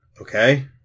Okay